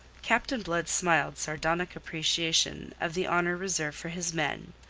captain blood smiled sardonic appreciation of the honour reserved for his men.